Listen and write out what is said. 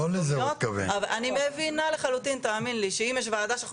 אני מבינה לחלוטין שאם יש ועדה שאנחנו